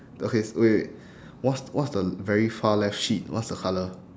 okay wait wait what's what's the very far left sheet what's the colour